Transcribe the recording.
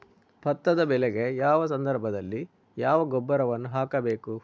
ಭತ್ತದ ಬೆಳೆಗೆ ಯಾವ ಸಂದರ್ಭದಲ್ಲಿ ಯಾವ ಗೊಬ್ಬರವನ್ನು ಹಾಕಬೇಕು?